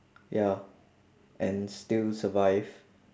ya and still survive